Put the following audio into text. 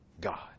God